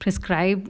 prescribe